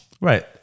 Right